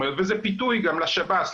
וזה פיתוי גם לשב"ס,